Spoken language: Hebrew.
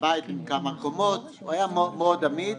בית עם כמה קומות, הוא היה מאוד אמיד.